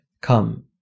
come